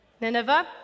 Nineveh